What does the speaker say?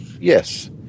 Yes